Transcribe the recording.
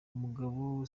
umugabo